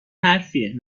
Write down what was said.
حرفیه